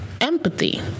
empathy